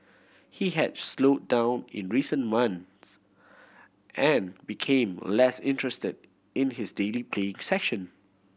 he had slow down in recent months and became less interested in his daily playing session